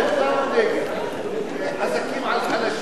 ההצעה להסיר מסדר-היום את הצעת חוק הביטוח